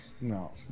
no